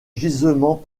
gisement